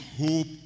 hope